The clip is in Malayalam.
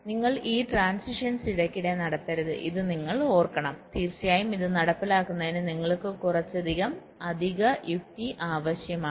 അതിനാൽ നിങ്ങൾ ഈ ട്രാന്സിഷൻസ് ഇടയ്ക്കിടെ നടത്തരുത് ഇത് നിങ്ങൾ ഓർക്കണം തീർച്ചയായും ഇത് നടപ്പിലാക്കുന്നതിന് നിങ്ങൾക്ക് കുറച്ച് അധിക യുക്തി ആവശ്യമാണ്